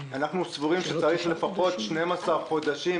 אנחנו סבורים שצריך לפחות 12 חודשים,